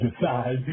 decide